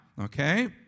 Okay